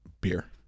Beer